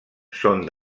són